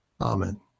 Amen